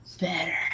better